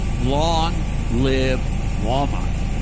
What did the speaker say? long live walmart.